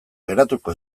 geratuko